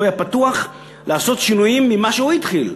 היה פתוח לשנות ממה שהוא הביא בהתחלה.